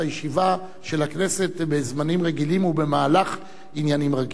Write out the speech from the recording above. הישיבה של הכנסת בזמנים רגילים ובמהלך עניינים רגיל.